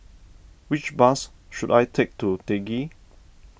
which bus should I take to Teck Ghee